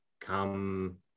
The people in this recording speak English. come